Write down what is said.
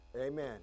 Amen